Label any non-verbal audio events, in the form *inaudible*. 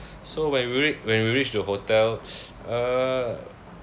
so when we reach when we reach the hotel *breath* uh